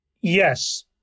Yes